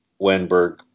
Wenberg